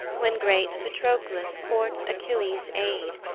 when great patroclus courts achilles' aid,